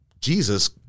Jesus